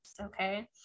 okay